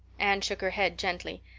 anne shook her head gently.